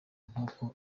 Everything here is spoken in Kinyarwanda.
nkuko